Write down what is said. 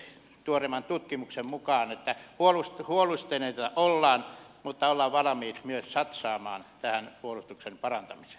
tuoreimman tutkimuksen mukaan huolestuneita ollaan mutta ollaan valmiita myös satsaamaan tähän puolustuksen parantamiseen